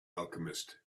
alchemist